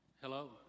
Hello